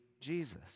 Jesus